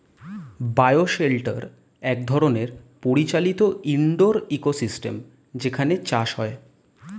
bio shelter এক ধরনের পরিচালিত ইন্ডোর ইকোসিস্টেম যেখানে চাষ হয়